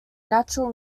natural